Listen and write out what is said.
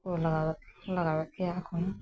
ᱠᱚ ᱞᱟᱜᱟᱣ ᱞᱟᱜᱟᱣᱮᱫ ᱜᱮᱭᱟ ᱮᱠᱷᱚᱱ